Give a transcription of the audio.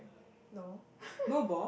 no